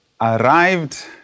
arrived